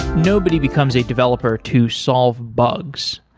nobody becomes a developer to solve bugs.